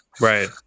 Right